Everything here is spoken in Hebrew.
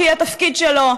שהיא התפקיד שלו,